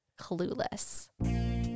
Clueless